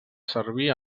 servir